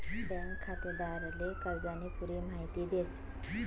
bank खातेदारले कर्जानी पुरी माहिती देस